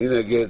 מי נגד?